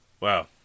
Wow